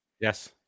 Yes